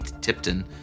Tipton